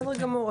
בסדר גמור.